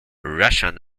russian